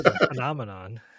phenomenon